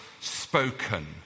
spoken